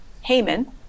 Haman